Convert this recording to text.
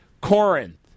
Corinth